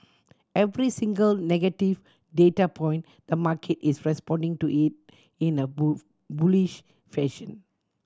every single negative data point the market is responding to it in a bullish fashion